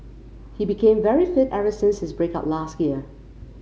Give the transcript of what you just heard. he became very fit ever since his break up last year